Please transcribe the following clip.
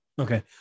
Okay